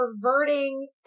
perverting